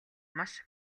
маш